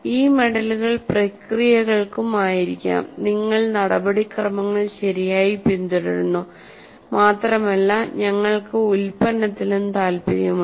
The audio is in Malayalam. ഈ മെഡലുകൾ പ്രക്രിയകൾക്കുമായിരിക്കാം നിങ്ങൾ നടപടിക്രമങ്ങൾ ശരിയായി പിന്തുടർന്നു മാത്രമല്ല ഞങ്ങൾക്ക് ഉൽപ്പന്നത്തിലും താൽപ്പര്യമുണ്ട്